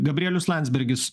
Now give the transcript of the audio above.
gabrielius landsbergis